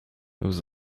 was